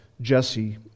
Jesse